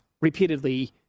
repeatedly